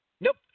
nope